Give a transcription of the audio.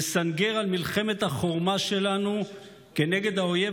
יסנגר על מלחמת החורמה שלנו כנגד האויב